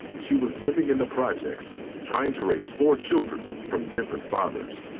she was living in the projects trying to raise four children from different fathers.